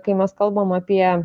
kai mes kalbam apie